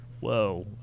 Whoa